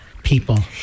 people